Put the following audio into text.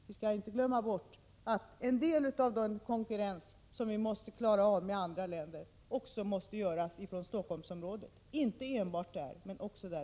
Vi skall inte glömma bort att en del av den konkurrens med andra länder som vi måste klara också måste klaras här i Stockholmsområdet — inte enbart i Stockholmsområdet, men också där.